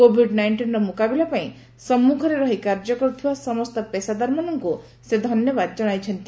Covid ନାଇଷ୍ଟିନ୍ର ମୁକାବିଲାପାଇଁ ସମ୍ମୁଖରେ ରହି କାର୍ଯ୍ୟ କରୁଥିବା ସମସ୍ତ ପେଷାଦାରମାନଙ୍କୁ ସେ ଧନ୍ୟବାଦ କ୍ଷଣାଇଛନ୍ତି